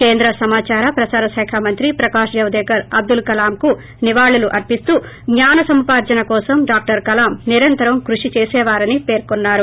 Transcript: కేంద్ర సమాచార ప్రసార శాఖ మంత్రి ప్రకాష్ జవదేకర్ అబ్లుల్ కలాంకు నివాళులు అర్పిస్తూ జ్ఞాన సముపార్లన కోసం డాక్టర్ కలాం నిరంతరం కృషి చేసేవారని పేర్కొన్నారు